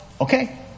Okay